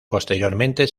posteriormente